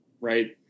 right